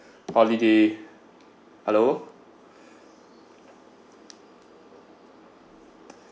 Holiday Halo